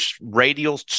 radial